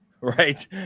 right